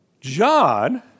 John